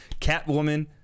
catwoman